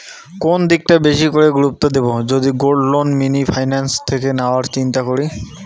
কোন দিকটা বেশি করে গুরুত্ব দেব যদি গোল্ড লোন মিনি ফাইন্যান্স থেকে নেওয়ার চিন্তা করি?